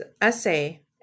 essay